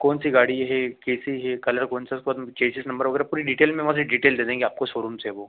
कौन सी गाड़ी है कैसी है कलर कौन सा है उसके बाद में चेसिस नम्बर वगैरह पूरी डीटेल में वहाँ से डीटेल दे देंगे आपको सोरूम से वह